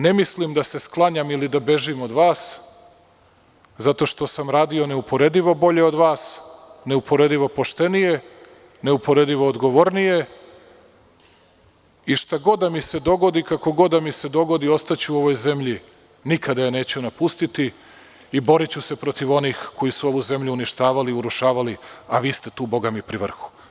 Ne mislim da se sklanjam ili da bežim od vas, zato što sam radio neuporedivo bolje od vas, neuporedivo poštenije, neuporedivo odgovornije i šta god da mi se dogodi, kako god da mi se dogodi, ostaću u ovoj zemlji, nikada je neću napustiti i boriću se protiv onih koji su ovu zemlju uništavali, urušavali, a vi ste tu, bogami, pri vrhu.